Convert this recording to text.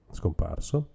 scomparso